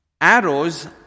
Arrows